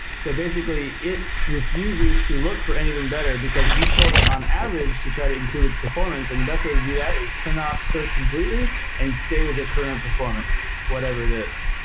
so basically it refuses to look for anything better, because you told that on average to try to improve its performance, and the best way to do that is turn off search completely and stay with a current performance, whatever it is.